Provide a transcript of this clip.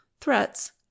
threats